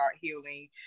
healing